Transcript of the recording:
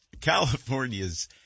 California's